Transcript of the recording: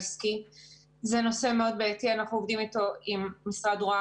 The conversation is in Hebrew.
הבעיה העיקרית היא הימשכות משך הזמן של הליכי תכנון ובנייה,